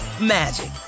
magic